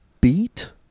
beat